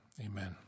amen